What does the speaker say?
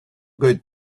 good